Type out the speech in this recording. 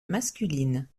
masculine